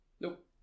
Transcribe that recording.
Nope